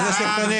איזה סרטונים?